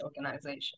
organization